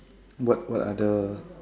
what what other